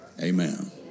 Amen